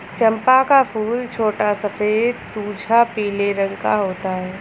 चंपा का फूल छोटा सफेद तुझा पीले रंग का होता है